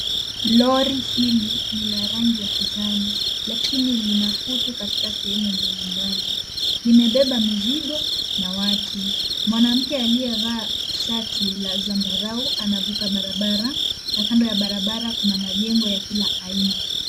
Lori hili ni la rangi ya kijani lakini lina kutu katika sehemu mbalimbali. Limebeba mizigo na watu. Mwanamke aliyevaa shati la zambarau anavuka barabara na kando ya barabara kuna majengo ya kila aina.